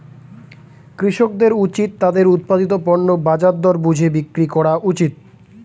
কৃষকদের উচিত তাদের উৎপাদিত পণ্য বাজার দর বুঝে বিক্রি করা উচিত